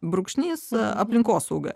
brūkšnys aplinkosauga